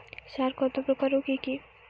সার কত প্রকার ও কি কি?